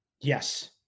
Yes